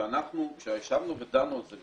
כשישבנו ודנו על זה,